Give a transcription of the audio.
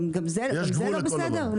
גם זה לא בסדר?